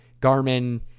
Garmin